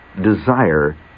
desire